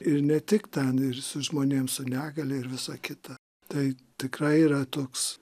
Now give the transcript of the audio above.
ir ne tik ten ir su žmonėm su negalia ir visa kita tai tikrai yra toks